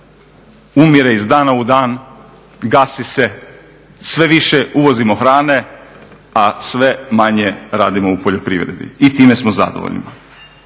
umire iz dana u dan, gasi se, sve više uvozimo hrane, a sve manje radimo u poljoprivredi. I time smo zadovoljni.